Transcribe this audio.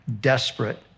desperate